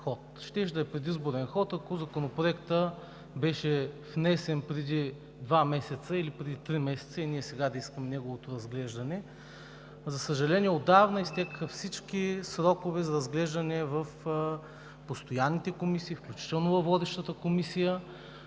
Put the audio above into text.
Щеше да е предизборен ход, ако Законопроектът беше внесен преди два или преди три месеца и ние сега да искаме неговото разглеждане. За съжаление, отдавна изтекоха всички срокове за разглеждане в постоянните комисии, включително във водещата комисия